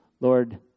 Lord